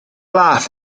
laeth